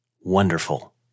Wonderful